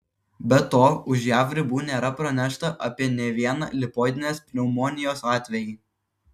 be to už jav ribų nėra pranešta apie nė vieną lipoidinės pneumonijos atvejį